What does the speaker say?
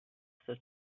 the